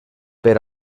per